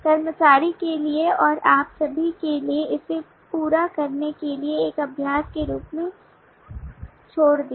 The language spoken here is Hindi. कर्मचारी के लिए और आप सभी के लिए इसे पूरा करने के लिए एक अभ्यास के रूप में छोड़ दिया